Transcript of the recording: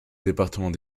département